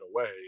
away